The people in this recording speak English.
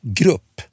grupp